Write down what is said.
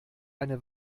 eine